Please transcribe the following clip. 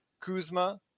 Kuzma